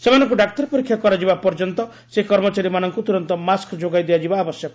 ସେମାନଙ୍କୁ ଡାକ୍ତର ପରୀକ୍ଷା କରାଯିବା ପର୍ଯ୍ୟନ୍ତ ସେହି କର୍ମଚାରୀମାନଙ୍କୁ ତୁରନ୍ତ ମାସ୍କ ଯୋଗାଇ ଦିଆଯିବା ଆବଶ୍ୟକ